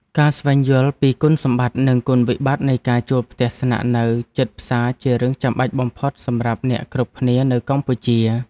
ការស្វែងយល់ពីគុណសម្បត្តិនិងគុណវិបត្តិនៃការជួលផ្ទះស្នាក់នៅជិតផ្សារជារឿងចាំបាច់បំផុតសម្រាប់អ្នកគ្រប់គ្នានៅកម្ពុជា។